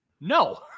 No